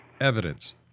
evidence